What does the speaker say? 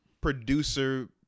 producer